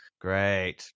Great